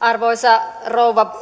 arvoisa rouva